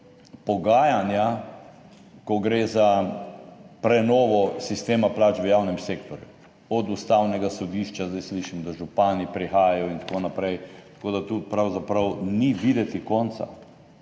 pogajanja, ko gre za prenovo sistema plač v javnem sektorju. Od Ustavnega sodišča zdaj slišim, da župani prihajajo in tako naprej, tako da tu pravzaprav ni videti konca.